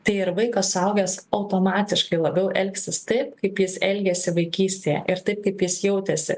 tai ir vaikas suaugęs automatiškai labiau elgsis taip kaip jis elgėsi vaikystėje ir tai kaip jis jautėsi